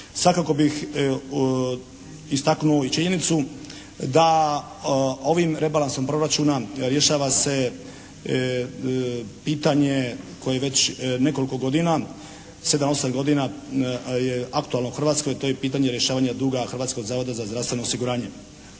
Svakako bih istaknuo i činjenicu da ovim rebalansom proračuna rješava se pitanje koje je već nekoliko godina, 7-8 godina je aktualno u Hrvatskoj, to je pitanje rješavanje duga Hrvatskog zavoda za zdravstveno osiguranje.